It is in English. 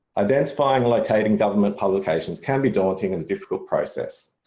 identifying or locating government publications can be daunting, and difficult process,